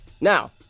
Now